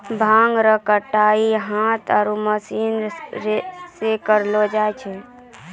भांग रो कटनी हाथ आरु मशीन से करलो जाय छै